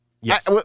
Yes